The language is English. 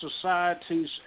societies